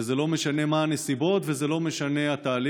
וזה לא משנה מה הנסיבות, וזה לא משנה התהליך.